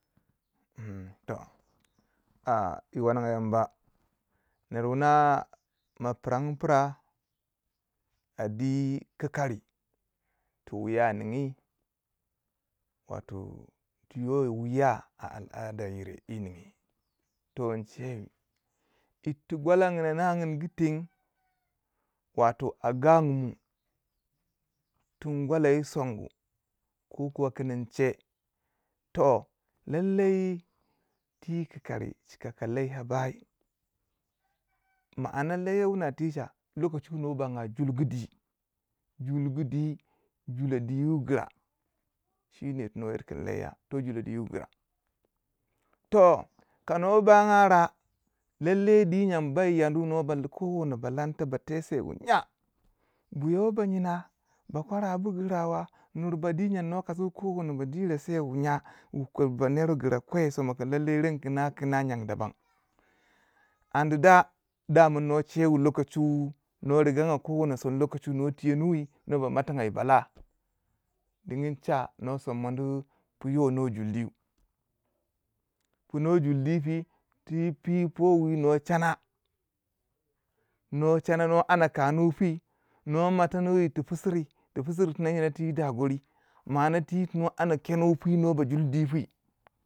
to a yi wannunga yamba nerwuna ma pirangu pira a dwi kikari tu wuya ningi wato to yo wiya a al ada yire toh in chewai irti gwalana, na ninguten wato a gangumu tun gwala yi songu ko kuwa kin in che toh lailai ti kikari chaka laiya bai ma anda laiya wuna ticha lokachi wuno banga jur gu di julgu di julo di wu gira shineh yir ti nwo yir kun laiya to jilodi wu gira, toh ka nuwa banga da lailai di nyangu bai yandi ko wono ba lanta ba teu seh wu nya, goroyo ba nyina bakora bu gurawa, nurba di nyangu nor kashi ko wono ba diro se wu nya ba ner gura kowe sonu kin lailai kina kina nyangu daban, an da da mun no chewu lokachi wu nwo riganya ko wono son lokachi wu no tiyowi nuwa ba motanga yi bala, dingi cha no som moni pu yo no juldi puno juldi pi ti powi nuwa chana nuwa chana nuwa anda kanguwi pi nuwa mwatiri yi irti pisiri ti pisiri tina ti dagori ma ana ti tu nuwo kenu pi nuwa ba juldi pi.